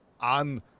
on